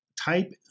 type